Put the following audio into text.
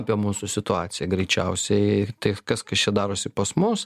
apie mūsų situaciją greičiausiai tai kas kas čia darosi pas mus